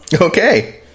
Okay